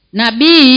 nabi